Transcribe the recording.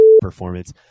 performance